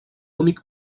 únic